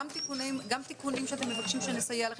גם תיקונים שאתם מבקשים שנסייע לכם,